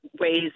ways